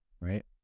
Right